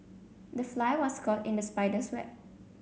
the fly was caught in the spider's web